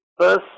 First